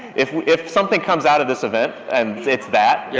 if we, if something comes out of this event and it's that, yeah